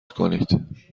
کنید